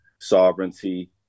sovereignty